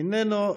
איננו.